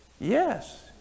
Yes